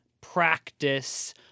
practice